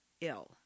ill